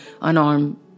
unarmed